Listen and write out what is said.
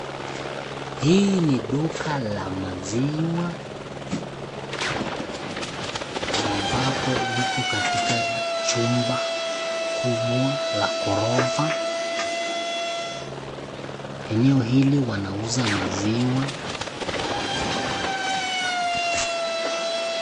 Hii ni duka la maziwa, ambapo liko katika chumba kubwa la ghorofa, eneo hili wanauza maziwa.